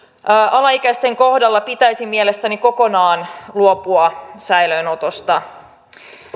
alaikäisten kohdalla pitäisi mielestäni kokonaan luopua säilöönotosta